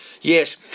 Yes